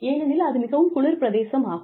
ஏனெனில் அது மிகவும் குளிர் பிரதேசம் ஆகும்